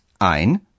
ein